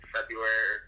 February